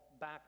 back